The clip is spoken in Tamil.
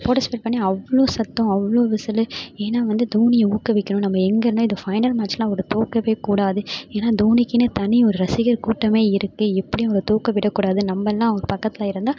பார்ட்டிசிபேட் பண்ணி அவ்வளோ சத்தம் அவ்வளோ விசிலு ஏன்னால் வந்து தோனியை ஊக்குவிக்கணும் நம்ம எங்கள் இந்த ஃபைனல் மேட்ச்சில் அவர் தோற்கவே கூடாது ஏன்னால் தோனிக்கெனு தனி ஒரு ரசிகர் கூட்டமே இருக்குது எப்படியும் அவரை தோற்க விடக்கூடாது நம்மல்லாம் அவர் பக்கத்தில் இருந்தால்